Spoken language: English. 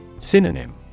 synonym